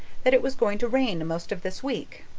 that it was going to rain most of this week.